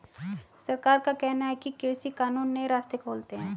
सरकार का कहना है कि कृषि कानून नए रास्ते खोलते है